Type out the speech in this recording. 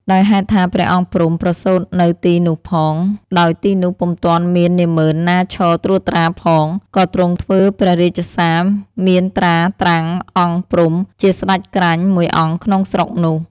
ដោយហេតុថា ព្រះអង្គព្រំ ប្រសូតនៅទីនោះផង ដោយទីនោះពុំទាន់មាននាហ្មឺនណាឈរត្រួតត្រាផង ក៏ទ្រង់ធ្វើព្រះរាជសារមានត្រាតាំង អង្គព្រំ ជាសេ្តចក្រាញ់មួយអង្គក្នុងស្រុកនោះ។